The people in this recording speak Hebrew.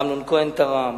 אמנון כהן תרם,